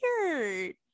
weird